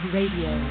Radio